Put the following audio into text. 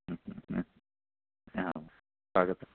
आं स्वागतम्